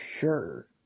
sure